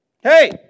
Hey